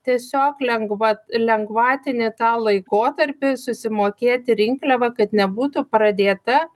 tiesiog lengva lengvatinį tą laikotarpį susimokėti rinkliavą kad nebūtų pradėta